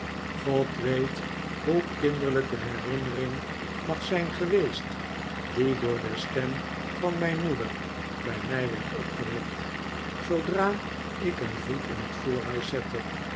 god weefhoe kinderlijk de herinnering mag zijn geweest die door de stem van mijn moeder bij mij werd opgewekt zoodra ik een voet in het